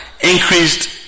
increased